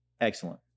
Excellent